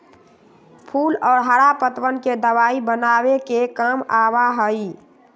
फूल और हरा पत्तवन के दवाई बनावे के काम आवा हई